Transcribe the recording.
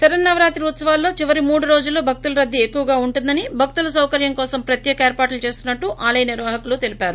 శరన్నవరాత్రి ఉత్సవాలలో చివరి మూడు రోజులు భక్తుల రద్దీ ఎక్కువగా ఉంటుందని భక్తుల సౌకర్యం కోసం ప్రత్యేక ఏర్పాట్లు చేసినట్లు ఆలయ నిర్వాహకులు తెలిపారు